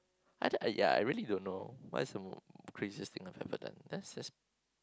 I do~ I really don't know what's the craziest thing I have ever done that's just